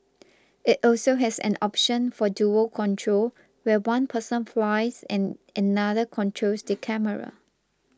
it also has an option for dual control where one person flies and another controls the camera